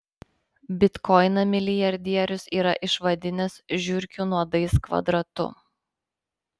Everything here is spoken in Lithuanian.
bitkoiną milijardierius yra išvadinęs žiurkių nuodais kvadratu